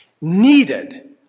needed